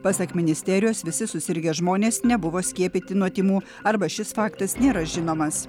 pasak ministerijos visi susirgę žmonės nebuvo skiepyti nuo tymų arba šis faktas nėra žinomas